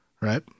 Right